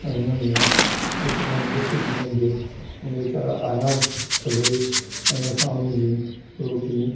ऐं उननि में वीचारनि डुख बि वंढियो हे वेचारा आया सभई ऐं असां उन ऐं असां उन जी रोटी